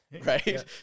Right